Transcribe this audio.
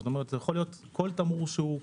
יכול להיות כל תמרור שהוא.